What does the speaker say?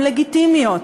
הוא לגיטימי.